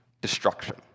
destruction